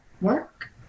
work